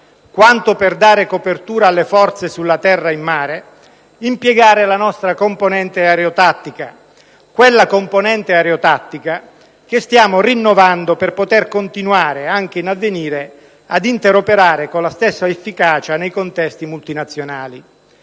quanto per dare copertura alle forze sulla terra e in mare, impiegare la nostra componente aerotattica: quella componente aerotattica che stiamo rinnovando per poter continuare anche in avvenire ad interoperare con la stessa efficacia nei contesti multinazionali.